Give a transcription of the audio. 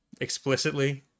explicitly